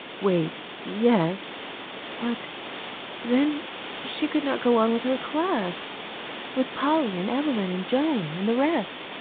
wait yes but then she could not go on with her class with polly and evelyn and joan and the rest.